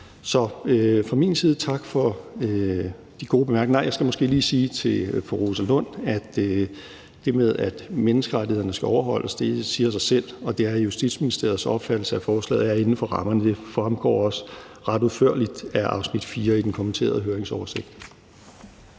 der lyde en tak for de gode bemærkninger. Jeg skal måske lige sige til fru Rosa Lund, at det med, at menneskerettighederne skal overholdes, siger sig selv, og det er Justitsministeriets opfattelse, at forslaget er inden for rammerne. Det fremgår også ret udførligt af afsnit 4 i den kommenterede høringsoversigt.